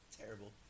terrible